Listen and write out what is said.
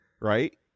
right